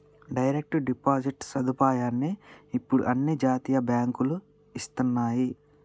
direct deposit సదుపాయాన్ని ఇప్పుడు అన్ని జాతీయ బ్యేంకులూ ఇస్తన్నయ్యి